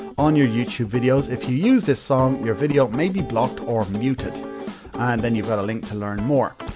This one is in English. on your youtube videos. if you use this song your video may be blocked or muted and then, you've got a link to learn more.